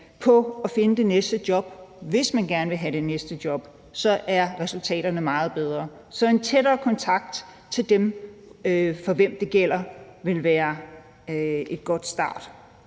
på at finde det næste job – hvis man gerne vil have et næste job – så er resultaterne meget bedre. Så en tættere kontakt til dem, det gælder, vil være en god start.